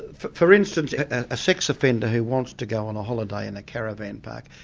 for for instance, a sex offender who wants to go on a holiday in a caravan park,